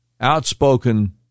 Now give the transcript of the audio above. outspoken